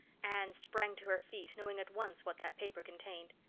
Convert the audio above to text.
anne sprang to her feet, knowing at once what that paper contained.